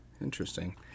Interesting